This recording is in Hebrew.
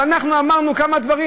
אבל אנחנו אמרנו כמה דברים.